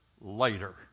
later